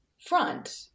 front